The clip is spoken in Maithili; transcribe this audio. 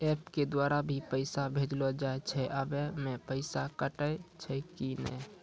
एप के द्वारा भी पैसा भेजलो जाय छै आबै मे पैसा कटैय छै कि नैय?